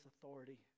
authority